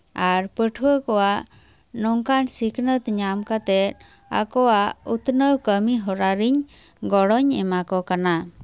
ᱟᱨ ᱯᱟᱹᱴᱷᱩᱣᱟᱹ ᱠᱚᱣᱟᱜ ᱱᱚᱝᱠᱟᱱ ᱥᱤᱠᱷᱱᱟᱹᱛ ᱧᱟᱢ ᱠᱟᱛᱮᱜ ᱟᱠᱚᱣᱟᱜ ᱩᱛᱱᱟᱹᱣ ᱠᱟᱹᱢᱤ ᱦᱚᱨᱟ ᱨᱤᱧ ᱜᱚᱲᱚᱧ ᱮᱢᱟ ᱠᱚ ᱠᱟᱱᱟ